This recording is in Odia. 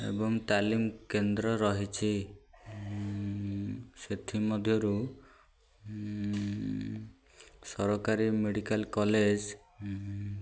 ଏବଂ ତାଲିମ କେନ୍ଦ୍ର ରହିଛି ସେଥିମଧ୍ୟରୁ ସରକାରୀ ମେଡିକାଲ କଲେଜ